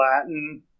Latin